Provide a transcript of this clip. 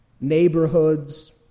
Neighborhoods